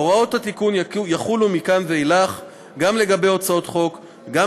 הוראות התיקון יחולו מכאן ואילך גם לגבי הצעות חוק וגם